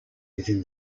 within